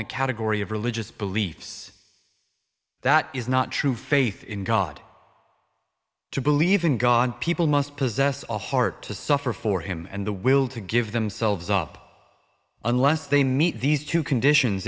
the category of religious beliefs that is not true faith in god to believe in god people must possess a heart to suffer for him and the will to give themselves up unless they meet these two conditions